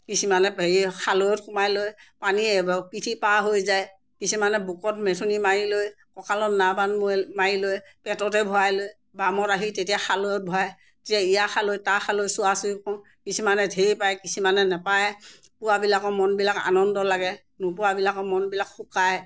কিছুমানে হেৰি খালৈত সোমাই লৈ পানীয়ে পিঠি পাৰ হৈ যায় কিছুমানে বুকুত মেঠনি মাৰি লৈ কঁকালত মাৰি লয় পেটতে ভৰাই লৈ বা বামত আহি তেতিয়া খালৈত ভৰাই তেতিয়া ইয়াৰ খালৈ তাৰ খালৈ চোৱা চুই কৰোঁ কিছুমানে ধেই পায় কিছুমানে নেপায় পোৱাবিলাকৰ মনবিলাক আনন্দ লাগে নোপোৱাবিলাকৰ মনবিলাক শুকায়